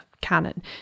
canon